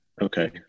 okay